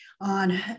on